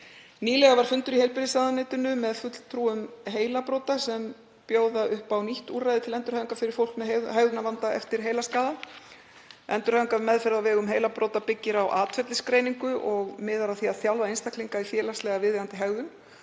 Nýlega var fundur í heilbrigðisráðuneytinu með fulltrúum Heilabrota sem bjóða upp á nýtt úrræði til endurhæfingar fyrir fólk með hegðunarvanda eftir heilaskaða. Endurhæfing og meðferð á vegum Heilabrota byggir á atferlisgreiningu og miðar að því að þjálfa einstaklinga í félagslega viðeigandi hegðun.